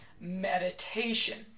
Meditation